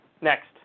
next